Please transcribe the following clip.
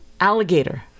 alligator